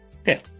okay